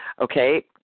okay